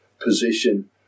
position